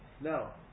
Now